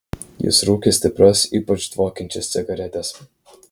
jis rūkė stiprias ypač dvokiančias cigaretes